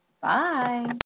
bye